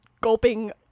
gulping